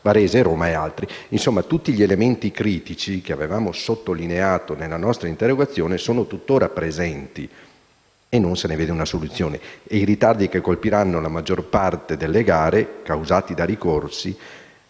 Varese, Roma, e altri. In sostanza, tutti gli elementi critici che avevamo sottolineato nella nostra interrogazione sono tutt'ora presenti e non se ne vede una soluzione. I ritardi che colpiranno la maggior parte delle gare, causati dai ricorsi,